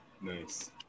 nice